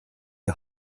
die